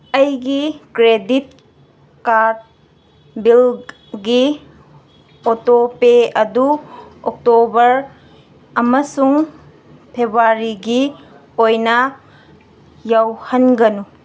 ꯑꯩꯒꯤ credit card ꯕꯤꯜꯒꯤ autopay ꯑꯗꯨ ꯑꯣꯛꯇꯣꯕꯔ ꯑꯃꯁꯨꯡ ꯐꯦꯕ꯭ꯋꯥꯔꯤꯒꯤ ꯑꯣꯏꯅ ꯌꯥꯎꯍꯟꯒꯅꯨ